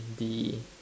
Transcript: the